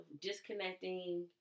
disconnecting